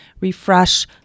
refresh